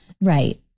Right